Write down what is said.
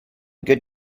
good